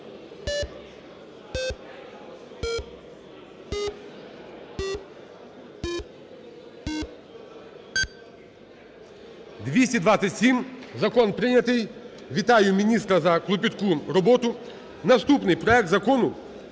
За-227 Закон прийнятий. Вітаю міністра за клопітку роботу. Наступний проект Закону